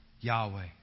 Yahweh